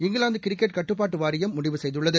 இங்கிலாந்துகிரிக்கெட் கட்டுப்பாட்டுவாரியம் முடிவு செய்துள்ளது